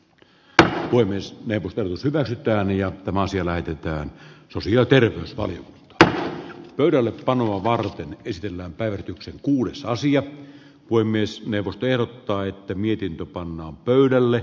kaatui myös neuvottelussa vältytään ja tämä asia laitetaan sosioter uskoo että pöydälle panoa varten ristillä päivetyksen kuudessa asia voi myös pelottaa että mietintö pannaan pöydälle